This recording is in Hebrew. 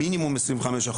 מינימום 25%,